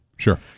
Sure